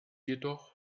jedoch